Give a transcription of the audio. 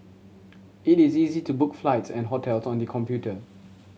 it is easy to book flights and hotel on the computer